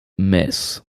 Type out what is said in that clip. miss